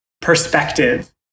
perspective